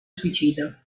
suicida